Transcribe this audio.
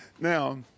Now